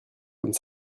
comme